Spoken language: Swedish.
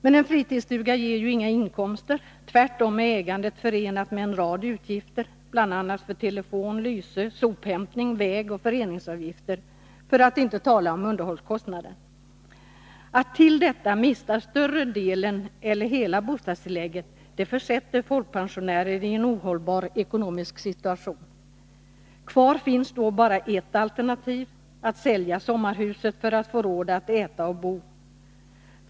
Men en fritidsstuga ger inga inkomster. Tvärtom är ägandet förenat med en rad utgifter, bl.a. för telefon, lyse, sophämtning, vägoch föreningsavgifter, för att inte tala om underhållskostnaderna. Folkpensionärer som ovanpå detta mister större delen av eller hela bostadstillägget försätts i en ohållbar ekonomisk situation. Kvar finns då bara ett alternativ — att sälja sommarhuset, för att få råd att äta och bo.